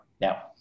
now